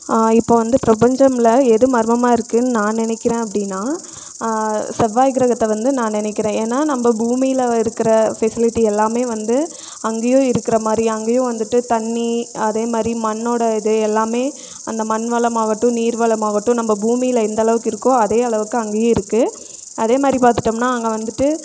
இப்போது வந்து பிரபஞ்சமில் எது மர்மமாக இருக்குன்னு நான் நினைக்கிறேன் அப்படின்னா செவ்வாய் கிரகத்தை வந்து நான் நினைக்கிறேன் ஏன்னா நம்ம பூமியில் இருக்கிற ஃபெசிலிட்டி எல்லாமே வந்து அங்கேயும் இருக்கிற மாதிரி அங்கேயும் வந்துவிட்டு தண்ணி அதேமாதிரி மண்ணோடய இது எல்லாமே அந்த மண் வளம் ஆகட்டும் நீர் வளம் ஆகட்டும் நம்ம பூமியில் எந்த அளவுக்கு இருக்கோ அதே அளவுக்கு அங்கேயும் இருக்குது அதேமாதிரி பார்த்துட்டோம்னா அங்கே வந்துவிட்டு